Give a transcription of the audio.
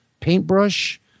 paintbrush